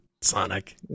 Sonic